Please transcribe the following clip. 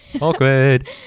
Awkward